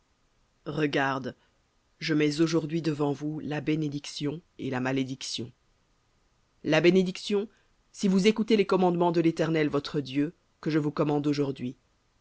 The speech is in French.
regarde je mets aujourd'hui devant vous la bénédiction et la malédiction la bénédiction si vous écoutez les commandements de l'éternel votre dieu que je vous commande aujourd'hui